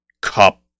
cup